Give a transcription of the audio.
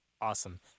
Awesome